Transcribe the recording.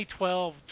2012